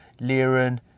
Liran